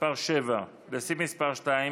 הסתייגות מס' 6, לסעיף מס' 2,